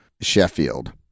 Sheffield